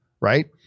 right